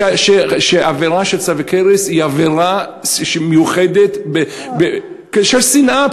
שעבירה של צלבי קרס היא עבירה מיוחדת של שנאה,